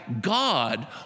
God